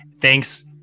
thanks